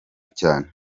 cyane